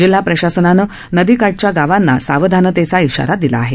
जिल्हा प्रशासनानं नदीकाठच्या गावांना सावधानतेचा इशारा दिला आहे